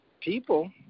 people